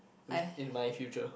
with in my future